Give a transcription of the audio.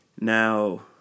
Now